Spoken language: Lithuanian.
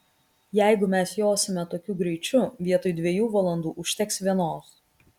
jeigu mes josime tokiu greičiu vietoj dviejų valandų užteks vienos